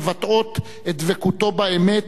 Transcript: מבטאות את דבקותו באמת,